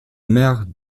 mère